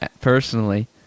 personally